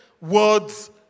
words